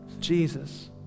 Jesus